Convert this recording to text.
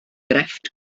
grefft